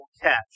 catch